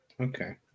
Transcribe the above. Okay